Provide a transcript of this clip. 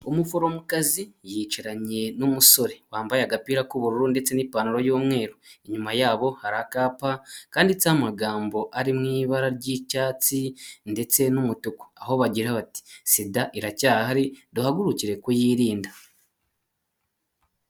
Umuforomokazi yicaranye n'umusore wambaye agapira k'ubururu ndetse n'ipantaro y'umweru. Inyuma yabo hari akapa kanditseho amagambo ari mu ibara ry'icyatsi ndetse n'umutuku. Aho bagira bati, " Sida iracyahari, duhagurukire kuyirinda!"